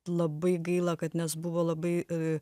labai gaila kad nes buvo labai